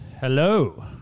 Hello